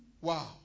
Wow